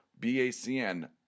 BACN